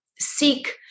seek